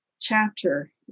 chapter